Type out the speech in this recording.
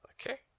Okay